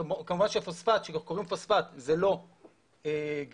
כמובן שכשכורים פוספט זה לא גיר,